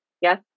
yes